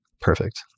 perfect